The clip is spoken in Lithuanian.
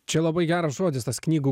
čia labai geras žodis tas knygų